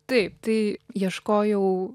taip tai ieškojau